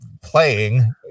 playing